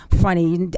funny